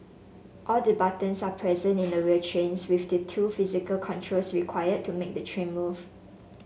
all the buttons are present in a real trains with the two physical controls required to make the train move